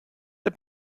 der